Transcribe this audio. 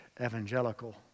evangelical